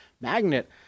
Magnet